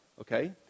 okay